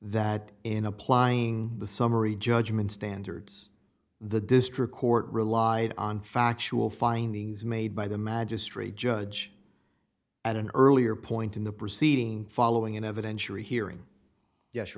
that in applying the summary judgment standards the district court relied on factual findings made by the magistrate judge at an earlier point in the proceeding following an evidentiary hearing yes you